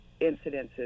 incidences